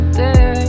day